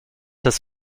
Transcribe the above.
his